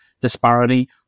disparity